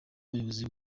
abayobozi